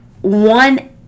one